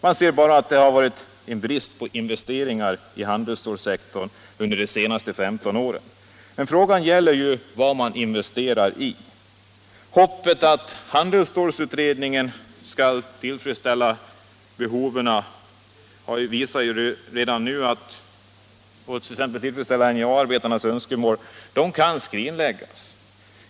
Man ser bara att det har varit brist på investeringar i handelsstålsektorn under de senaste 15 åren. Men frågan är ju också vad man investerar i. Hoppet att handelsstålsutredningen skall tillfredsställa t.ex. NJA-arbetarnas önskemål måste skrinläggas.